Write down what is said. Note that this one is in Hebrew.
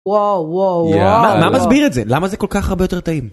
וואו וואו וואו מה? מה מסביר את זה? למה זה כל כך הרבה יותר טעים?